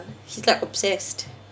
he's like obsessed